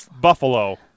Buffalo